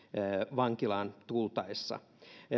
vankilaan tultaessa